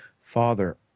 father